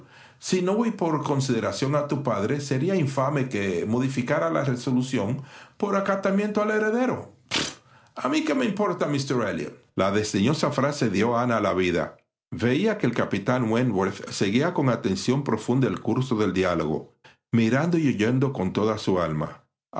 si no voy por consideración a tu padre sería infame que modificara la resolución por acatamiento al heredero a mí qué me importa míster elliot la desdeñosa frase dió a ana la vida veía que el capitán wentworth seguía con atención profunda el curso del diálogo mirando y oyendo con toda su alma